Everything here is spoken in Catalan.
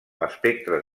espectres